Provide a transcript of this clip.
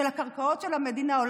של הקרקעות של המדינה.